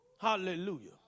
Hallelujah